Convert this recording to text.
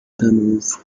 tunnels